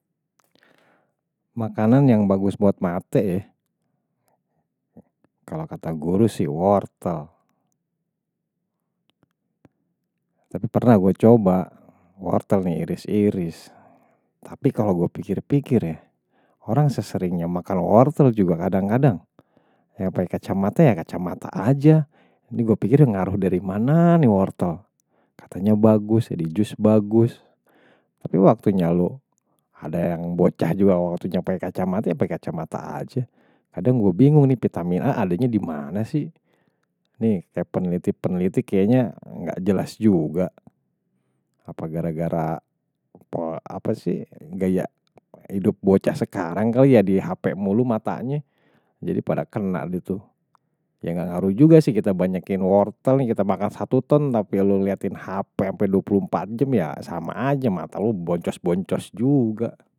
Makanan yang bagus buat mate, ya. Kalau kata guru sih, wortel. Tapi pernah gue coba, wortel ini iris-iris. Tapi kalau gue pikir-pikir, ya. Orang seseringnya makan wortel juga kadang-kadang. Yang pakai kacamata ya kacamata aja. Ini gue pikir yang ngaruh dari mana nih wortel. Katanya bagus, jadi jus bagus. Tapi waktunya lu, ada yang bocah juga waktunya pakai kacamata ya pakai kacamata aja. Kadang gue bingung nih, vitamin a adanya di mana sih nih, kayak peneliti-peneliti kayaknya gak jelas juga. Apa gara-gara apa sih, gaya hidup bocah sekarang kali ya di hape mulu matanya. Jadi pada kena gitu. Ya gak ngaruh juga sih kita banyakin wortel. Kita makan satu ton, tapi lu liatin hape sampai 24 jam, ya sama aja, mata lu boncos-boncos juga.